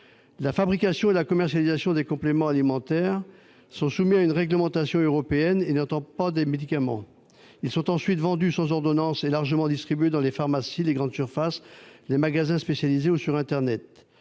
La fabrication et la commercialisation des compléments alimentaires sont soumises à une réglementation européenne. N'étant pas des médicaments, ils sont ensuite vendus sans ordonnance et largement distribués dans les pharmacies, les grandes surfaces, les magasins spécialisés ou sur internet.